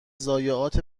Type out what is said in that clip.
ضایعات